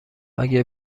اگه